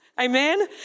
Amen